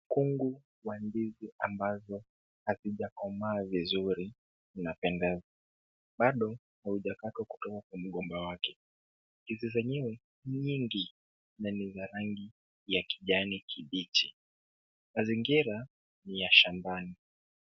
Mkungu wa ndizi ambazo hazijakomaa vizuri zinapendeza. Bado haujakatwa kutoka kwa mgomba wake. Ndizi zenyewe ni nyingi na ni za rangi ya kijani kibichi. Mazingira ni ya shambani.